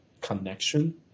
connection